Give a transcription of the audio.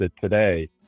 today